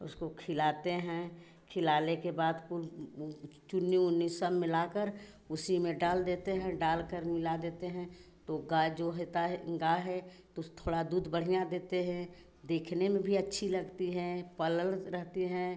उसको खिलाते हैं खिलाने के बाद कुल चुन्नी उन्नी सब मिलाकर उसी में डाल देते हैं डालकर मिला देते हैं तो गाय जो होता है गाय है तो उसे थोड़ा दूध बढ़िया देते हैं देखने में भी अच्छी लगती हैं पललत रहती हैं